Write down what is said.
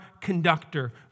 conductor